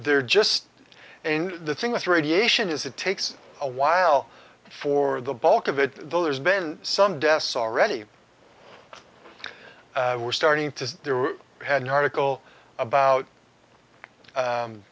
they're just and the thing with radiation is it takes a while for the bulk of it though there's been some deaths already we're starting to have an article about